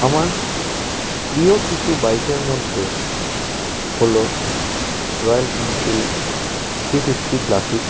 আমার প্রিয় কিছু বাইকের মধ্যে হলো Royal Enfield three fifty classic